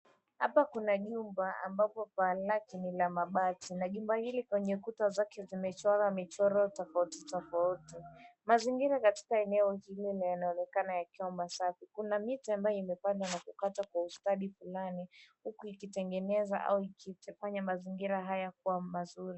Hapa kuna jumba ambapo paa lake ni la mabati na jumba hili kwenye kuta zake zimechorwa michoro tofauti tofauti. Mazingira katika eneo hili yanaonekana yakiwa masafi. Kuna miti ambayo imepandwa na kukatwa kwa ustadi fulani, huku ikitengeneza au ikifanya mazingira haya kuwa mazuri.